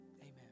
amen